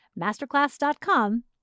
Masterclass.com